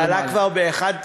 זה עלה כבר ב-1.6,